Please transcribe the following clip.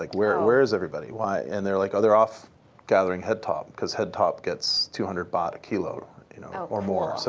like, where where is everybody? why? and they're like, oh, they're off gathering het-top, because het-top gets two hundred baht a kilo you know or more.